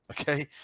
Okay